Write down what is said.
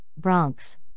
Bronx